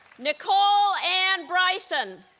nicole ann bryson